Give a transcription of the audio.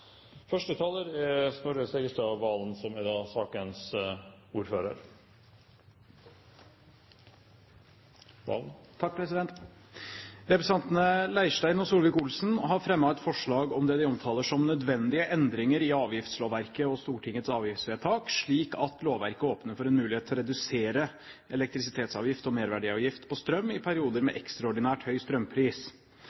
Representantene Leirstein og Solvik-Olsen har fremmet et forslag om det de omtaler som «nødvendige endringer i avgiftslovverket og Stortingets avgiftsvedtak, slik at lovverket åpner for en mulighet til å redusere elektrisitetsavgift og merverdiavgift på strøm i perioder med